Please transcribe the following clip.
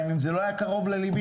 יש בערך 50 אלף דירות בדיור הציבורי,